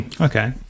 okay